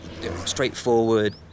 straightforward